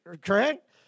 Correct